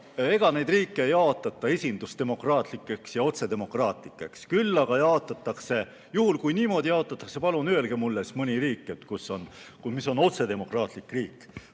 ega riike ei jaotata esindusdemokraatlikeks ja otsedemokraatlikeks. Juhul kui niimoodi jaotatakse, siis palun öelge mulle mõni riik, mis on otsedemokraatlik riik.